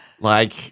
Like-